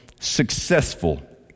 Successful